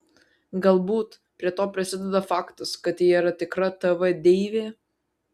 galbūt prie to prisideda faktas kad ji yra tikra tv deivė